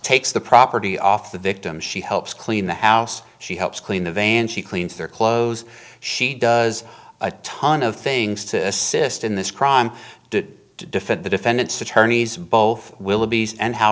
takes the property off the victim she helps clean the house she helps clean the van she cleans their clothes she does a ton of things to assist in this crime to defend the defendant's attorneys both willoughby's and how